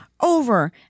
over